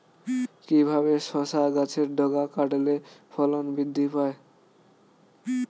কিভাবে শসা গাছের ডগা কাটলে ফলন বৃদ্ধি পায়?